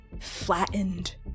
flattened